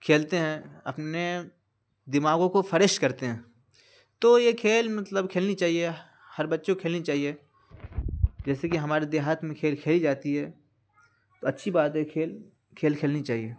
کھیلتے ہیں اپنے دماغوں کو فریش کرتے ہیں تو یہ کھیل مطلب کھیلنی چاہیے ہر بچوں کھیلنی چاہیے جیسے کہ ہمارے دیہات میں کھیل کھیلی جاتی ہے تو اچھی بات ہے کہ کھیل کھیل کھیلنی چاہیے